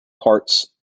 parts